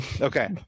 Okay